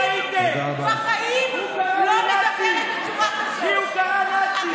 איפה היית כשהוא קרא לי נאצי?